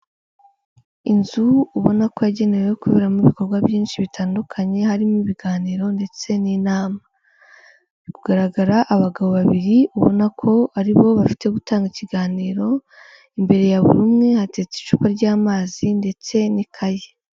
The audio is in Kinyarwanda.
Inzu ubona ko yagenewe kuberamo ibikorwa byinshi bitandukanye harimo ibiganiro ndetse n'inama. Hari kugaragara abagabo babiri ubona ko aribo bafite gutanga ikiganiro, imbere ya buri umwe hatetse icupa ry'amazi ndetse n'ikayi.